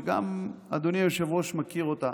שגם אדוני היושב-ראש מכיר אותה.